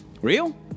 Real